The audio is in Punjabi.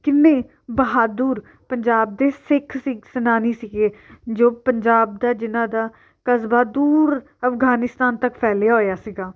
ਕਿੰਨੇ ਬਹਾਦੁਰ ਪੰਜਾਬ ਦੇ ਸਿੱਖ ਸਿੱਖ ਸੈਨਾਣੀ ਸੀਗੇ ਜੋ ਪੰਜਾਬ ਦਾ ਜਿਹਨਾਂ ਦਾ ਕਸਬਾ ਦੂਰ ਅਫਗਾਨਿਸਤਾਨ ਤੱਕ ਫੈਲਿਆ ਹੋਇਆ ਸੀਗਾ